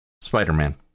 Spider-Man